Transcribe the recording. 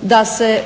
da se